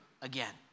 again